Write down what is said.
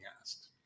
asked